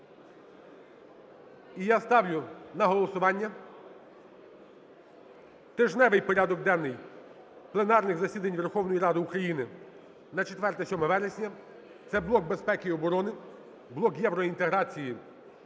І я ставлю на голосування тижневий порядок денний пленарних засідань Верховної Ради України на 4-7 вересня. Це блок безпеки і оборони, блок євроінтеграції і